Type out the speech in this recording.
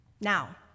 Now